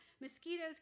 mosquitoes